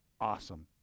awesome